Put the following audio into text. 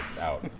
out